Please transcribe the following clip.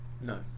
no